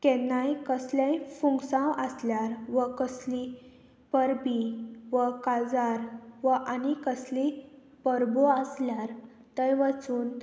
केन्नाय कसलेय फुगसांव आसल्यार व कसली परबी व काजार व आनी कसली परबो आसल्यार थंय वचून